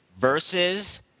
Versus